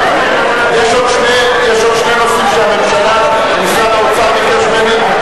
יש עוד שני נושאים שהממשלה, משרד האוצר ביקש ממני.